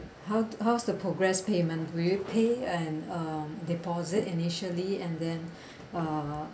how how's the progress payment will we pay and um deposit initially and then uh